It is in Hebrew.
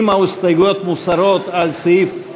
אם ההסתייגויות מוסרות על סעיף,